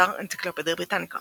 באתר אנציקלופדיה בריטניקה